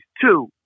two